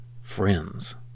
friends